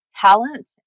talent